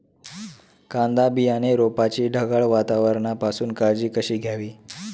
कांदा बियाणे रोपाची ढगाळ वातावरणापासून काळजी कशी घ्यावी?